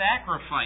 sacrifice